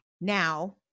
Now